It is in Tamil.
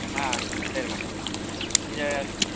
மா சரி மேடம் இங்கே